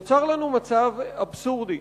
נוצר לנו מצב אבסורדי: